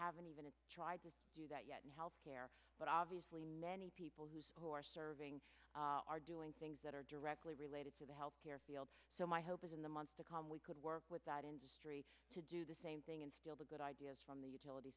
haven't even tried to do that yet in health care but obviously many people who who are serving are doing things that are directly related to the health care field so my hope is in the months to come we could work with that industry to do the same thing and still the good ideas from the utility